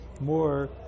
more